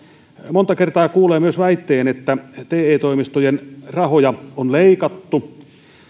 monta kertaa kuulee myös väitteen että te toimistojen rahoja on leikattu